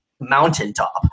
mountaintop